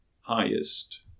highest